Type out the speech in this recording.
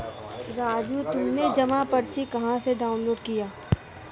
राजू तुमने जमा पर्ची कहां से डाउनलोड किया?